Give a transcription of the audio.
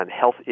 health